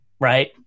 right